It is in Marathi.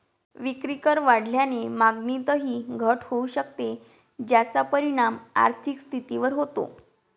विक्रीकर वाढल्याने मागणीतही घट होऊ शकते, ज्याचा परिणाम आर्थिक स्थितीवर होतो